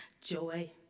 joy